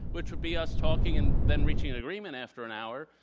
which would be us talking and then reaching an agreement after an hour,